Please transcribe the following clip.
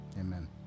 amen